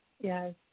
yes